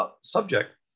subject